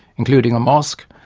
including a mosque,